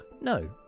No